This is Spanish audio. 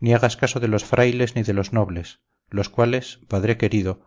ni hagas caso de los frailes ni de los nobles los cuales padre querido